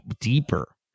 deeper